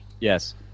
Yes